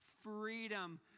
Freedom